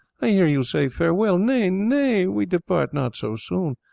i hear you say, farewell nay, nay, we depart not so soon.